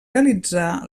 realitzar